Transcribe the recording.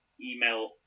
email